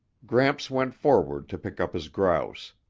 gramps went forward to pick up his grouse.